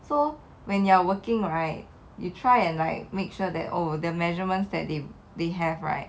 so when you are working right you try and like make sure that oh the measurements that they they have right